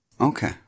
Okay